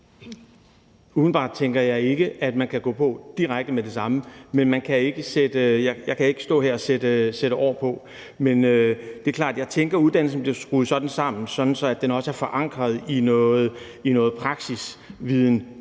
Umiddelbart tænker jeg ikke, at man kan gå i gang direkte med det samme, men jeg kan ikke stå her og sætte antal år på. Men det er klart, at jeg tænker, at uddannelsen bliver skruet sådan sammen, at den også er forankret i noget praksisviden